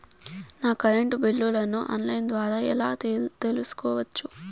నా కరెంటు బిల్లులను online ద్వారా ఎలా తెలుసుకోవచ్చు?